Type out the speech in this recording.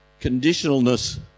conditionalness